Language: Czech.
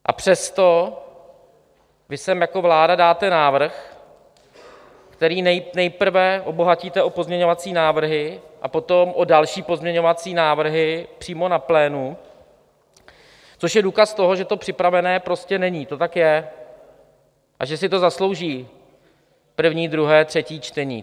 A přesto vy sem jako vláda dáte návrh, který nejprve obohatíte o pozměňovací návrhy a potom o další pozměňovací návrhy přímo na plénu, což je důkaz toho, že to připravené prostě není, to tak je, a že si to zaslouží první, druhé, třetí čtení.